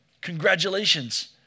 Congratulations